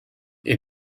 est